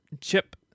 Chip